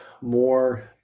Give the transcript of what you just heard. more